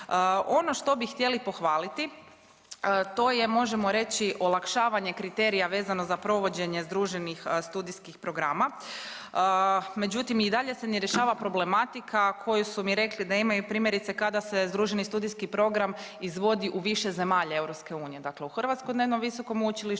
Ono što bi htjeli pohvaliti to je možemo reći olakšavanje kriterija vezano za provođenje združenih studijskih programa, međutim i dalje se ne rješava problematika koju su mi rekli da imaju primjerice kada se združeni studijski program izvodi u više zemalja EU. Dakle, u hrvatskom visokom učilištu